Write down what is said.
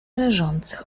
leżących